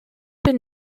been